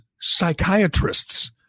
psychiatrists